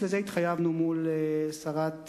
לזה התחייבנו כלפי שרת החינוך.